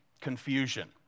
confusion